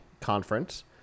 conference